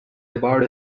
about